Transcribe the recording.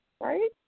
right